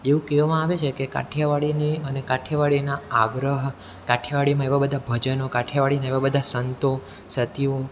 એવું કહેવામાં આવે છે કે કાઠિયાવાડીની અને કાઠિયાવાળીના આગ્રહ કાઠિયાવાડીમાં એવાં બધા ભજનો કાઠિયાવાડીના એવા બધા સંતો સતીઓ